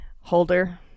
Holder